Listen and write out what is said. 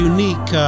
unique